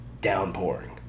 downpouring